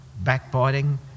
backbiting